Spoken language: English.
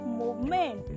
movement